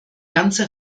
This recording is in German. ganze